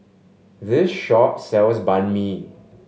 this shop sells Banh Mi